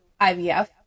IVF